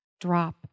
drop